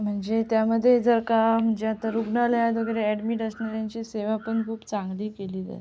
म्हणजे त्यामध्ये जर का म्हणजे आता रुग्णालयात वगैरे ॲडमीट असणाऱ्यांची सेवा पण खूप चांगली केले जाते